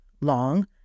long